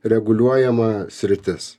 reguliuojama sritis